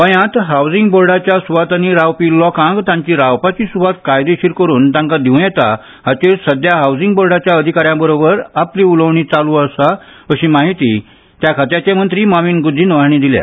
गोंयांत हावसिंग बोर्डाच्या सुवातांनी रावपी लोकांक तांची रावपाची सुवात कायदेशीर करून तांकां दिवं येता हाचेर सध्या हावसिंग बोर्डाच्या अधिकाऱ्यां बाराबर आपली उलोवणीं चालू आसा अशी म्हायती मंत्री मॉवीन गुदिन्य हांणी दिल्या